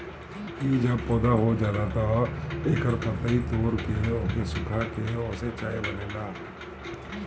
इ जब पौधा हो जाला तअ एकर पतइ तूर के ओके सुखा के ओसे चाय बनेला